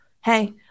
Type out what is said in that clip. Hey